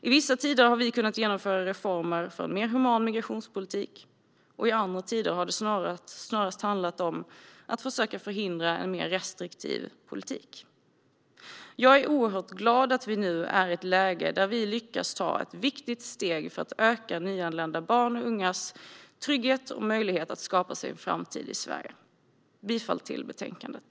I vissa tider har vi kunnat genomföra reformer för en mer human migrationspolitik, och i andra tider har det snarast handlat om att försöka förhindra en mer restriktiv politik. Jag är oerhört glad att vi nu är i ett läge där vi lyckas ta ett viktigt steg för att öka nyanlända barns och ungas trygghet och möjlighet att skapa sig en framtid i Sverige. Jag yrkar bifall till förslaget i betänkandet.